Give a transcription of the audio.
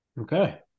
Okay